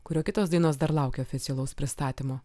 kurio kitos dainos dar laukia oficialaus pristatymo